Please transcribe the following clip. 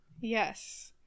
yes